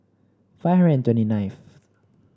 five hundred and twenty ninth